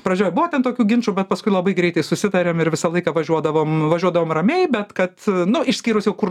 pradžioj buvo ten tokių ginčų bet paskui labai greitai susitarėm ir visą laiką važiuodavom važiuodavom ramiai bet kad nu išskyrus jau kur